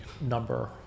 number